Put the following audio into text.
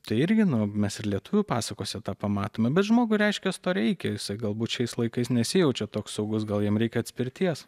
tai irgi nu mes ir lietuvių pasakose tą pamatome bet žmogui reiškias to reikia galbūt šiais laikais nesijaučia toks saugus gal jam reikia atspirties